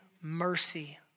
mercy